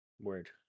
Word